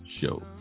show